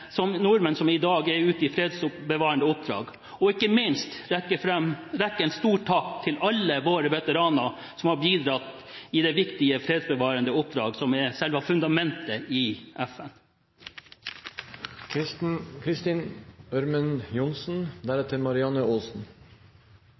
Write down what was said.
nordmenn som i dag er ute i fredsbevarende oppdrag, og ikke minst rette en stor takk til alle våre veteraner som har bidratt i de viktige fredsbevarende oppdrag som er selve fundamentet i